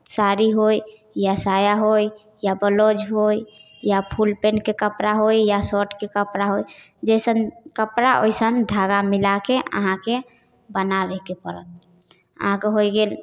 साड़ी होइ या साया होइ या ब्लाउज होइ या फुल पैन्टके कपड़ा होइ या शर्टके कपड़ा होइ जइसन कपड़ा ओइसन धागा मिलाके अहाँके बनाबेके पड़त अहाँके होइ गेल